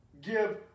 give